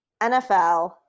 NFL